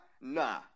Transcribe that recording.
Nah